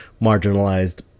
marginalized